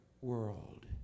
world